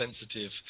sensitive